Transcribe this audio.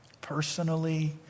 Personally